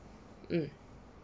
mm